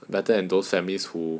better than those families who